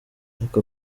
ariko